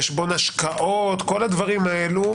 חשבון השקעות וכל הדברים האלה,